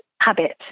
habit